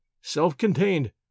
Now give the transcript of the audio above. self-contained